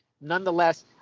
nonetheless